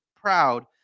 proud